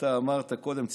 אתה אמרת קודם,